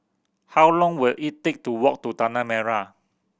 how long will it take to walk to Tanah Merah